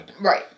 Right